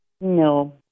No